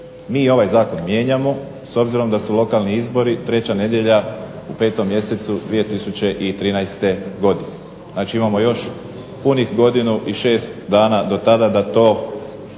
mi ovaj Zakon mijenjamo s obzirom da su lokalni izbori treća nedjelja u petom mjesecu 2013. godine. Znači, imamo još punih godinu i šest dana do tada da to